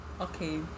Okay